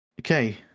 Okay